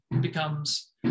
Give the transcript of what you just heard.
becomes